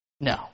No